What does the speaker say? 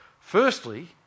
Firstly